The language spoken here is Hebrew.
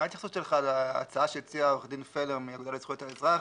מה ההתייחסות שלך להצעה שהציע עו"ד פלר מהאגודה לזכויות האזרח,